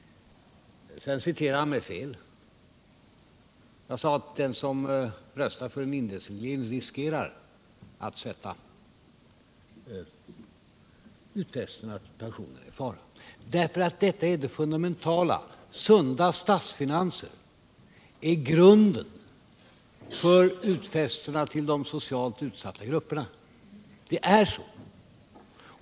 Sedan citerade han mig fel. Jag sade att den som röstar för en indexreglering riskerar att sätta de utfästa pensionerna i fara. Detta är det fundamentala: Sunda statsfinanser är grunden för utfästelserna till de socialt utsatta grupperna. Det är så.